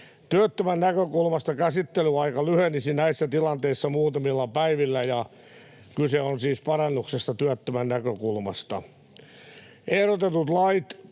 Työttömän näkökulmasta käsittelyaika lyhenisi näissä tilanteissa muutamilla päivillä, ja kyse on siis työttömän näkökulmasta parannuksesta. Ehdotetut lait